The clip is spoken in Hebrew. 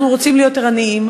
אנחנו רוצים להיות ערניים,